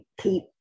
keep